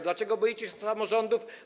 Dlaczego boicie się samorządów?